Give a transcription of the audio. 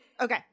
Okay